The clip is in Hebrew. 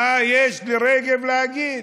מה יש לרגב להגיד?